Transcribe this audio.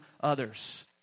others